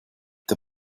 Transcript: der